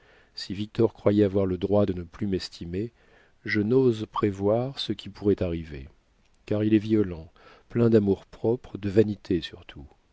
si victor croyait avoir le droit de ne plus m'estimer je n'ose prévoir ce qui pourrait arriver car il est violent plein d'amour-propre de vanité surtout